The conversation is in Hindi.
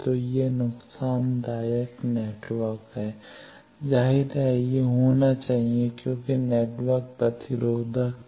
तो यह एक नुकसानदायक नेटवर्क है जाहिर है यह होना चाहिए क्योंकि नेटवर्क प्रतिरोधक था